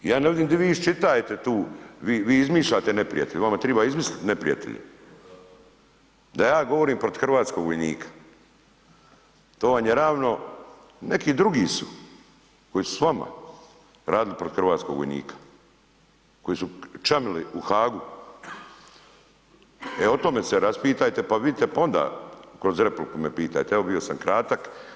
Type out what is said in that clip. Ja ne vidim di vi iščitavate tu, vi izmišljate neprijatelje, vama treba izmisliti neprijatelje, da ja govorim protiv hrvatskog vojnika, to vam je ravno, neki drugi su koji su s vama radili protiv hrvatskog vojnika, koji su čamili u Haagu, e o tome se raspitajte pa vidite onda, kroz repliku me pitajte, evo bio sam kratak.